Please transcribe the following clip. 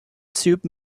tube